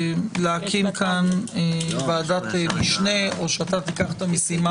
להקים כאן ועדת משנה או אתה תיקח את המשימה